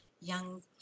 young